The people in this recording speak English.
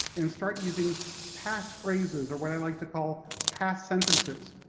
and start using pass phrases, or what i like to call pass sentences.